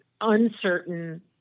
uncertain